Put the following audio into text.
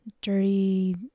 dirty